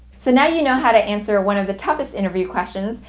so now you know how to answer one of the toughest interview questions,